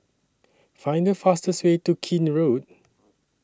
Find The fastest Way to Keene Road